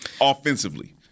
offensively